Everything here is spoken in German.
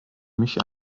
mich